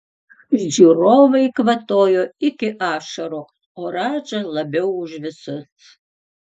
žiūrovai kvatojo iki ašarų o radža labiau už visus